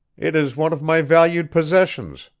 it is one of my valued possessions,